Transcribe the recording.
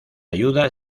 ayuda